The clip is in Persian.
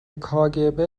کاگب